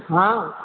हँ